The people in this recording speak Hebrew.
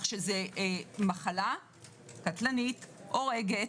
זו מחלה קטלנית, הורגת,